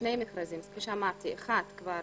שני מכרזים כפי שאמרתי, אחד כבר